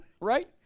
right